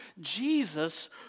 Jesus